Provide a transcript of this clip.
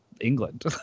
england